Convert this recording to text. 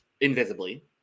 invisibly